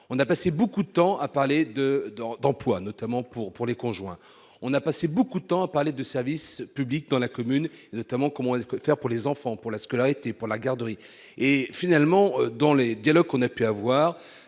on a passé beaucoup de temps à parler de de d'emploi notamment pour pour les conjoints, on a passé beaucoup de temps à parler de service public dans la commune, notamment comment elle que faire pour les enfants pour la scolarité pour la garderie et finalement dans les dialogues qu'on a pu avoir,